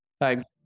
Thanks